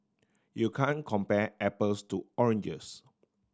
you can compare apples to oranges